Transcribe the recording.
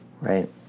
right